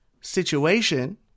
situation